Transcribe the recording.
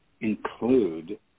include